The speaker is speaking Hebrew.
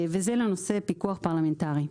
וזה לנושא הפיקוח הפרלמנטרי.